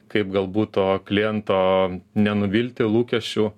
kaip galbūt to kliento nenuvilti lūkesčių